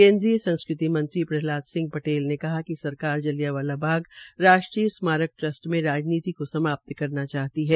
केन्द्रीय संस्कृति मंत्री प्रहलाद सिंह पटेल ने कहा कि सरकार जलियांवाला बाग राष्ट्रीय स्मारक ट्रस्ट में राजनीति को समाप्त करना चाहती है